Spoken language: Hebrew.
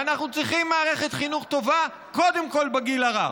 ואנחנו צריכים מערכת חינוך טובה קודם כול בגיל הרך.